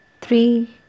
three